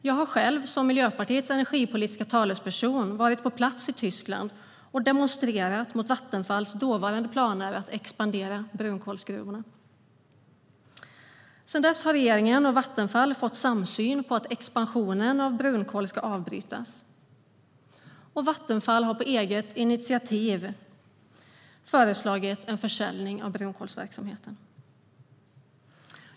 Jag har själv som Miljöpartiets energipolitiska talesperson varit på plats i Tyskland och demonstrerat mot Vattenfalls dåvarande planer på att expandera brunkolsgruvorna. Sedan dess har regeringen och Vattenfall nått en samsyn om att expansionen av brunkolsbrytningen ska avbrytas, och Vattenfall har på eget initiativ föreslagit en försäljning av brunkolsverksamheten.